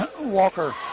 Walker